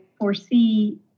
foresee